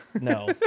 No